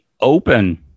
open